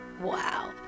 Wow